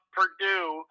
Purdue